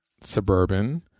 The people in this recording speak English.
suburban